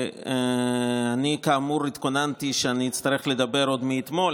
אני כאמור התכוננתי לכך שאצטרך לדבר עוד מאתמול,